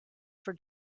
for